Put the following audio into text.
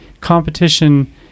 competition